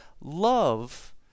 love